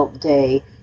day